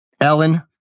Ellen